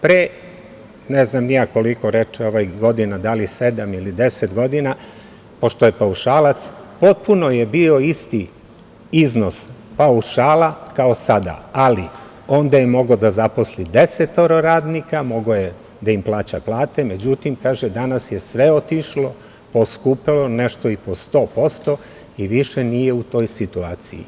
Pre ne znam ni ja koliko godina, ovaj reče, da li sedam ili 10 godina, pošto je paušalac, potpuno je bio isti iznos paušala kao sada, ali onda je mogao da zaposli 10 radnika, mogao je da im plaća plate, međutim, kaže, danas je sve poskupelo, nešto i 100% i više nije u toj situaciji.